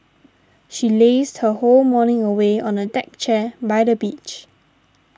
she lazed her whole morning away on a deck chair by the beach